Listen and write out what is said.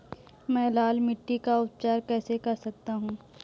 मैं लाल मिट्टी का उपचार कैसे कर सकता हूँ?